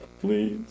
Please